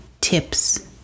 tips